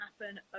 happen